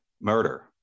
murder